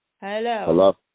Hello